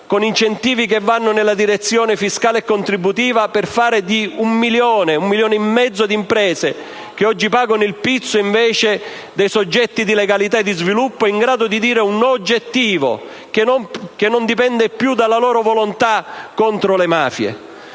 prima, che vadano nella direzione fiscale e contributiva, per fare di un milione, un milione e mezzo di imprese che oggi pagano il pizzo, dei soggetti di legalità e di sviluppo in grado di dire un no oggettivo, che non dipende più dalla loro volontà contro le mafie!